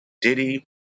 Diddy